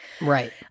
Right